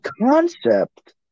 concept